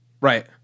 Right